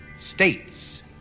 States